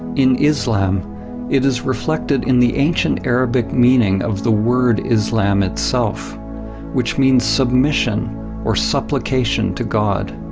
in islam it is reflected in the ancient arabic meaning of the word islam itself which means submission or supplication to god.